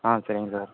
ஆ சரிங்க சார்